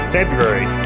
February